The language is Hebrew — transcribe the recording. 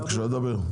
בבקשה, דבר.